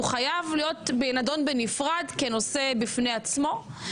חייב להיות נדון בנפרד כנושא בפני עצמו,